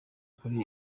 kuri